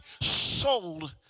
soul